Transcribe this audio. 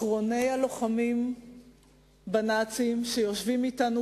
אחרוני הלוחמים בנאצים שיושבים אתנו